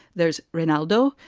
there's renaldo,